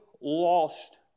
lost